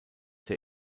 der